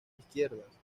izquierdas